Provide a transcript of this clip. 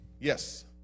Yes